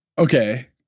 Okay